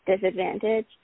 disadvantage